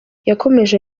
yakomeje